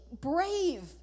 brave